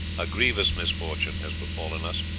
a grievous misfortune has befallen us.